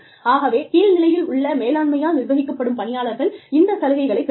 ஆகவே கீழ்நிலையிலுள்ள மேலாண்மையால் நிர்வகிக்கப்படும் பணியாளர்கள் இந்த சலுகைகளைப் பெறுவார்கள்